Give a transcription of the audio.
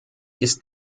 ist